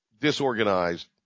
disorganized